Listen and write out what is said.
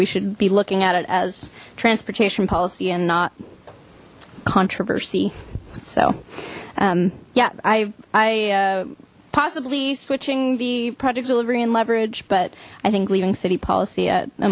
we should be looking at it as transportation policy and not controversy so um yeah i possibly switching the project delivery and leverage but i think leaving city policy at